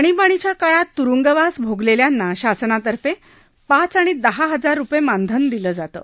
आणीबाणीच्या काळात तुरूंगवास भोगलेल्यांना शासनातर्फे पाच आणि दहा हजार रुपये मानधन दिले जाते